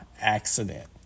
accident